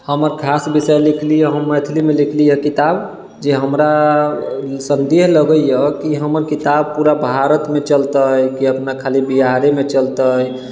हमऽ खास विषय लिखली यऽ हम मैथिलीमे लिखली यऽ किताब जे हमरा सन्देह लगैए कि हमर किताब पूरा भारतमे चलतै कि अपना खाली बिहारेमे चलतै